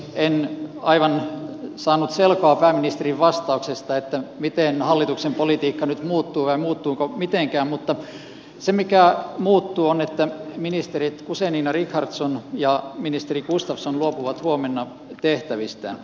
en aivan saanut selkoa pääministerin vastauksesta miten hallituksen politiikka nyt muuttuu vai muuttuuko mitenkään mutta se mikä muuttuu on se että ministeri guzenina richardson ja ministeri gustafsson luopuvat huomenna tehtävistään